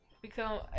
Become